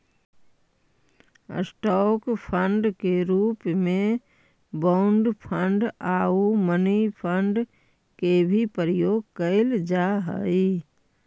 stock fund के रूप में बॉन्ड फंड आउ मनी फंड के भी प्रयोग कैल जा हई